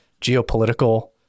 geopolitical